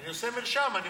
אני רושם במרשם.